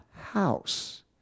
house